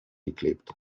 geklebt